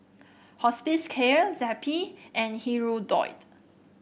Hospicare Zappy and Hirudoid